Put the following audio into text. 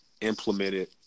implemented